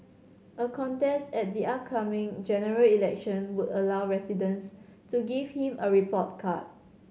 a contest at the upcoming General Election would allow residents to give him a report card